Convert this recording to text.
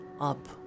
up